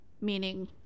meaning